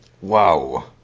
Wow